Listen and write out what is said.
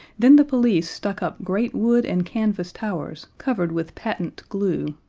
then the police stuck up great wood and canvas towers covered with patent glue.